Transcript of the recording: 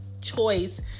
choice